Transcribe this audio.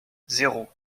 zéro